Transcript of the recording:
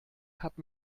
hat